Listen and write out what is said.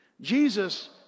Jesus